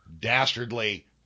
Dastardly